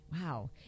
wow